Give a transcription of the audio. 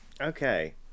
Okay